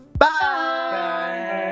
Bye